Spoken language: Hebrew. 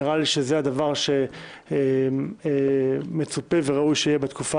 נראה לי שזה הדבר שמצופה וראוי שיהיה בתקופה